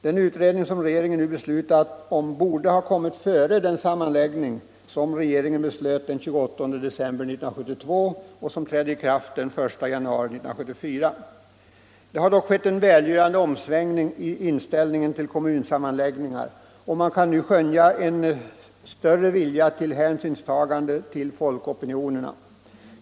Den utredning som regeringen nu har beslutat om borde ha kommit före den sammanläggning som regeringen beslöt den 28 december 1972 och som trädde i kraft den 1 januari 1974. Det har dock skett en välgörande omsvängning i inställningen till kom munsammanläggningar, och man kan nu skönja en vilja till större hänsynstagande till folkopinionerna.